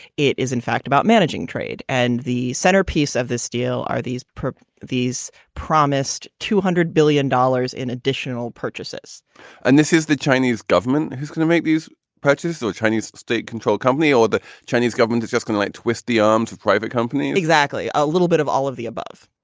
it is in fact, about managing trade. and the centerpiece of this deal are these these promised two hundred billion dollars in additional purchases and this is the chinese government who's going to make these purchases. so chinese state controlled company or the chinese government is just gonna like twist the arms of private companies exactly. a little bit of all of the above.